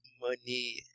money